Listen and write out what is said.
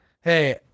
Hey